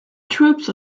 troops